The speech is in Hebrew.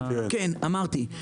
כן, כמו שאמרתי.